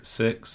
six